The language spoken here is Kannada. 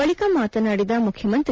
ಬಳಿಕ ಮಾತನಾಡಿದ ಮುಖ್ಯಮಂತ್ರಿ